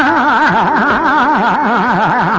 aa